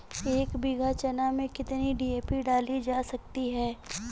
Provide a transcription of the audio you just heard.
एक बीघा चना में कितनी डी.ए.पी डाली जा सकती है?